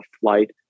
flight